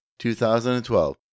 2012